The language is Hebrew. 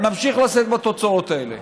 נמשיך לשאת בתוצאות האלה.